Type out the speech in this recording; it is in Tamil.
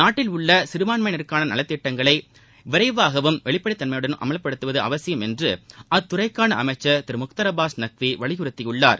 நாட்டில் உள்ள சிறபான்மயினருக்கான நலத்திட்டங்களை விரைவாகவும் வெளிப்படைத்தன்மையுடனும் அமல்படுத்துவது அவசியம் என்று அத்துறைக்கான அமைச்சர் திரு முக்தார் அப்பாஸ் நக்வி வலியுறுத்தியுள்ளார்